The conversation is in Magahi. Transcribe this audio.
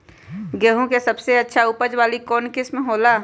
गेंहू के सबसे अच्छा उपज वाली कौन किस्म हो ला?